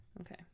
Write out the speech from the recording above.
okay